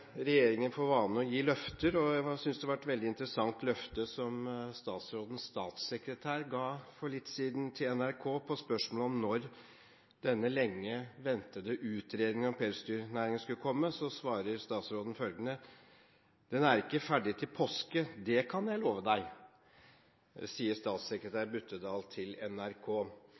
regjeringen for vane å gi løfter, og jeg syntes det var et veldig interessant løfte som statsrådens statssekretær for litt siden ga til NRK. På spørsmålet om når denne lenge ventede utredningen om pelsdyrnæringen skulle komme, svarte han følgende: «Den er ikke ferdig til påske det kan jeg love deg.» Det sier statssekretær Buttedahl til NRK.